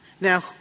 Now